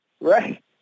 Right